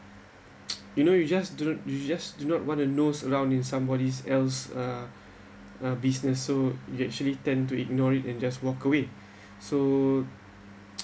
you know you just do you just do not want to knows around in somebody's else uh uh business so you actually tend to ignore it and just walk away so